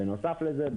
בנוסף לזה,